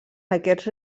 aquests